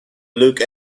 look